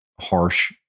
harsh